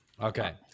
Okay